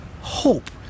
hope